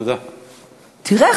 תראה,